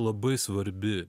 labai svarbi